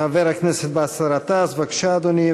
חבר הכנסת באסל גטאס, בבקשה, אדוני.